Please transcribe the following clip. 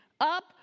up